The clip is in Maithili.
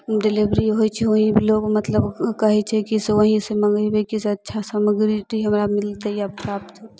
डीलेभरी होइ छै ओहि पे लोग मतलब कहय छै की से वही से मंगेबै की अच्छा सामग्रटी हमरा मिलतै या प्राप्त होतय